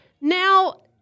Now